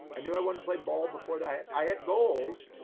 i knew i wanted to play ball before that i had goals,